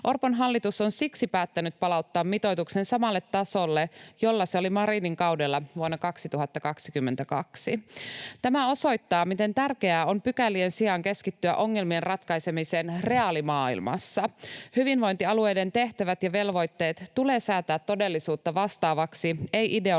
Orpon hallitus on siksi päättänyt palauttaa mitoituksen samalle tasolle, jolla se oli Marinin kaudella vuonna 2022. Tämä osoittaa, miten tärkeää on pykälien sijaan keskittyä ongelmien ratkaisemiseen reaalimaailmassa. Hyvinvointialueiden tehtävät ja velvoitteet tulee säätää todellisuutta vastaaviksi, ei ideologisen